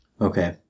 Okay